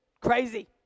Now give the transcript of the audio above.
crazy